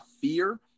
fear